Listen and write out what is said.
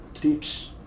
trips